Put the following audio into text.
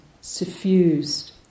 suffused